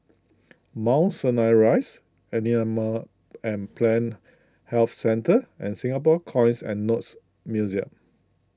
Mount Sinai Rise Animal and Plant Health Centre and Singapore Coins and Notes Museum